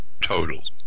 total